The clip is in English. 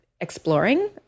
exploring